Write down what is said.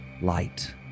Light